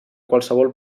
qualsevol